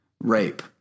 rape